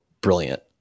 brilliant